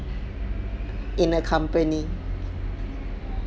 in the company